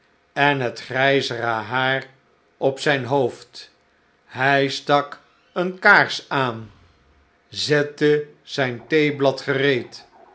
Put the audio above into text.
en het grijzere haar op zijn hoofd hij stak eene kaars aan zette zijn theeblad gereed